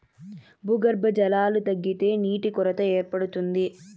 భూగర్భ జలాలు తగ్గితే నీటి కొరత ఏర్పడుతుంది